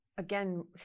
again